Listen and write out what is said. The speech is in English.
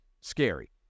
scary